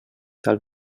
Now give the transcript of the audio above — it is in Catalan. tal